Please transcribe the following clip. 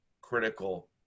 critical